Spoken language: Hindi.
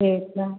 ठीक है